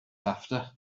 after